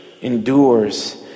endures